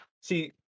See